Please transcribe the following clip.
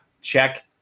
check